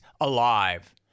alive